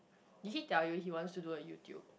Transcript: did he tell you he wants to do a YouTube